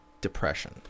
Depression